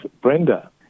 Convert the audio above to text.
Brenda